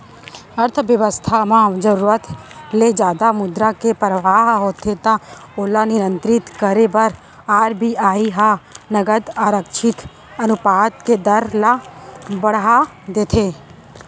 अर्थबेवस्था म जरुरत ले जादा मुद्रा के परवाह होथे त ओला नियंत्रित करे बर आर.बी.आई ह नगद आरक्छित अनुपात के दर ल बड़हा देथे